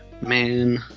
Man